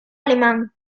alemán